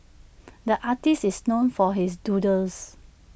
the artist is known for his doodles